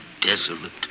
desolate